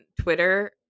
Twitter